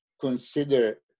consider